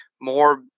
More